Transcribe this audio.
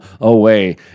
away